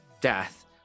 death